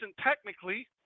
technically